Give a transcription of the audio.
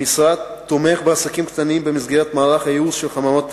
המשרד תומך בעסקים קטנים במסגרת מערך הייעוץ של חממות התיירות,